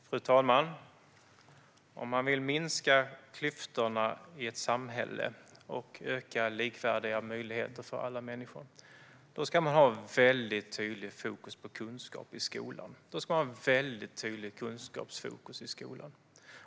Fru talman! Om man vill minska klyftorna i ett samhälle och skapa likvärdiga möjligheter för alla människor ska man ha ett väldigt tydligt kunskapsfokus i skolan.